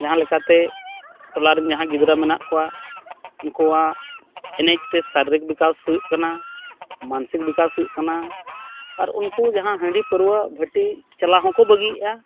ᱡᱟᱦᱟᱸ ᱞᱮᱠᱟᱛᱮ ᱴᱚᱞᱟᱨᱮᱱ ᱡᱟᱦᱟᱸᱭ ᱜᱤᱫᱽᱨᱟᱹ ᱢᱮᱱᱟᱜ ᱠᱚᱣᱟ ᱩᱱᱠᱩᱣᱟᱜ ᱮᱱᱮᱡᱛᱮ ᱥᱟᱨᱤᱨᱤᱠ ᱵᱤᱠᱟᱥ ᱦᱩᱭᱩᱜ ᱠᱟᱱᱟ ᱢᱟᱱᱥᱤᱠ ᱵᱤᱠᱟᱥ ᱦᱩᱭᱩᱜ ᱠᱟᱱᱟ ᱟᱨ ᱩᱱᱠᱩ ᱡᱟᱦᱟᱸᱭ ᱦᱟᱺᱰᱤᱼᱯᱟᱹᱨᱣᱟᱹ ᱵᱷᱟᱹᱴᱤ ᱪᱟᱞᱟᱣ ᱦᱚᱸᱠᱚ ᱵᱟᱹᱜᱤᱭᱮᱫᱼᱟ